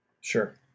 Sure